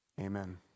Amen